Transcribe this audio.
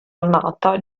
annata